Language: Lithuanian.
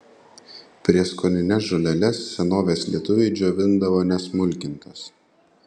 prieskonines žoleles senovės lietuviai džiovindavo nesmulkintas